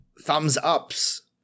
thumbs-ups